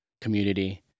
community